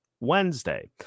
Wednesday